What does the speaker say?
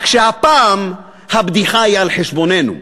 רק שהפעם הבדיחה היא על חשבוננו.